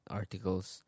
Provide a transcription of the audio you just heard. articles